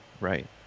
right